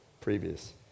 previous